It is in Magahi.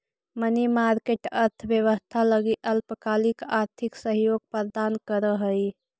मनी मार्केट अर्थव्यवस्था लगी अल्पकालिक आर्थिक सहयोग प्रदान करऽ हइ